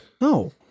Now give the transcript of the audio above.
No